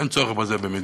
אין צורך בזה במדינה.